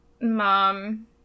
mom